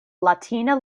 latina